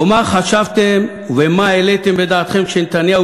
או מה חשבתם ומה העליתם בדעתכם כשנתניהו